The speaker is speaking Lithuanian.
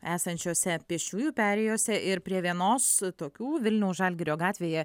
esančiose pėsčiųjų perėjose ir prie vienos tokių vilniaus žalgirio gatvėje